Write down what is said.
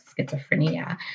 schizophrenia